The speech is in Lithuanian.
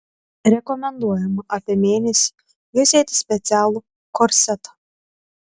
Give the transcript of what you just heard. rekomenduojama apie mėnesį juosėti specialų korsetą